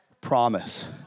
promise